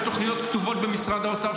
יש תוכניות כתובות במשרד האוצר,